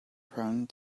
prone